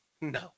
No